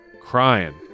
crying